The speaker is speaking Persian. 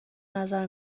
نظر